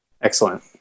Excellent